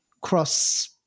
cross